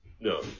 no